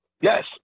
Yes